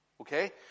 Okay